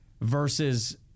versus